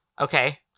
Okay